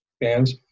bands